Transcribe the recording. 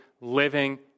living